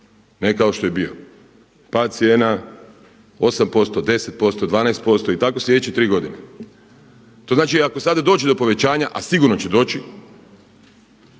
ne kao što je bio pad cijena 8%, 10%, 12% i tako sljedeće tri godine. to znači da ako sad dođe do povećanja, a sigurno će doći